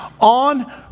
on